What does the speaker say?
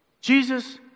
Jesus